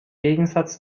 gegensatz